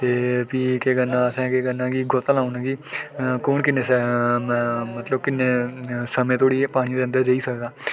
ते फ्ही केह् करना असें केह् करना के गोत्ता लाी ओड़ना के कु'न किन्ने समें मतलब किन्ने समें धोड़ी एह् पानी दे अंदर रेही सकदा